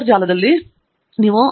ತಂಗಿರಾಲಾ ಹೌದು